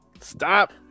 stop